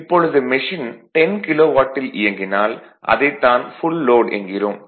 இப்பொழுது மெஷின் 10 கிலோவாட்டில் இயங்கினால் அதைத் தான் ஃபுல் லோட் என்கிறோம்